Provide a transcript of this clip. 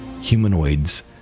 humanoids